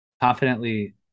confidently